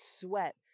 sweat